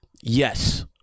Yes